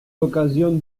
l’occasion